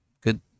good